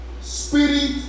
spirit